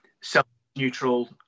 self-neutral